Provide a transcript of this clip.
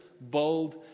bold